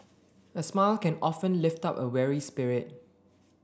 a smile can often lift up a weary spirit